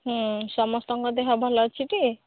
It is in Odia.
ସମସ୍ତଙ୍କ ଦେହ ଭଲ ଅଛି ଟି